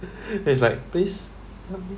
it's like please help me